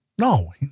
no